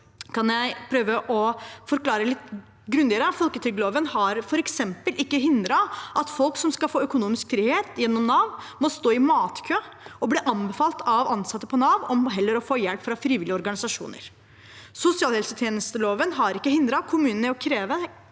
Folketrygdloven har f.eks. ikke hindret at folk som skulle få økonomisk frihet gjennom Nav, må stå i matkø og bli anbefalt av ansatte i Nav heller å få hjelp fra frivillige organisasjoner. Sosialtjenesteloven har ikke hindret kommunene i å kreve